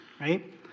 right